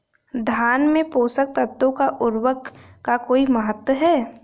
धान में पोषक तत्वों व उर्वरक का कोई महत्व है?